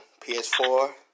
PS4